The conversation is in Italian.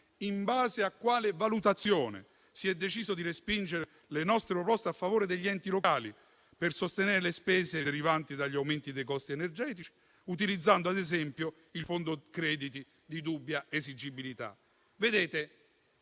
In base a quale valutazione si è deciso di respingere le nostre proposte a favore degli enti locali, per sostenere le spese derivanti dagli aumenti dei costi energetici, utilizzando ad esempio il fondo crediti di dubbia esigibilità? Come